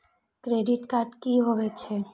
Credit card की होई छै?